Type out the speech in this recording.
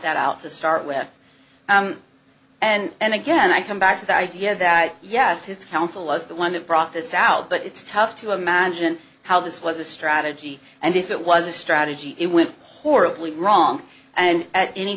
that out to start with and again i come back to the idea that yes his counsel was the one that brought this out but it's tough to imagine how this was a strategy and if it was a strategy it went horribly wrong and at any